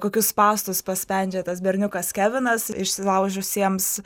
kokius spąstus paspendžia tas berniukas kevinas įsilaužusiems